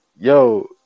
yo